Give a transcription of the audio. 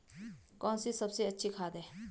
कौन सी सबसे अच्छी खाद है?